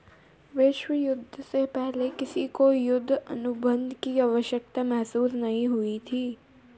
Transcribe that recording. विश्व युद्ध से पहले किसी को युद्ध अनुबंध की आवश्यकता महसूस नहीं हुई थी